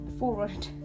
Forward